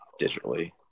digitally